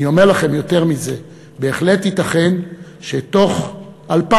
אני אומר לכם יותר מזה: בהחלט ייתכן שתוך 2013,